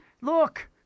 look